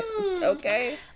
Okay